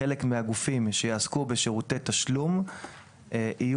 חלק מהגופים שיעסקו בשירותי תשלום יהיו